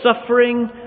suffering